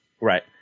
Right